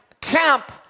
camp